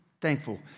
thankful